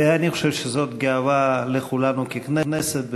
ואני חושב שזו גאווה לכולנו ככנסת.